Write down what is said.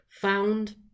found